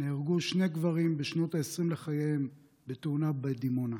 נהרגו שני גברים בשנות העשרים לחייהם בתאונה בדימונה.